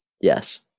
Yes